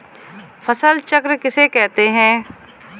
फसल चक्र किसे कहते हैं?